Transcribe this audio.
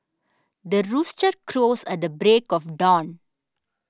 the rooster crows at the break of dawn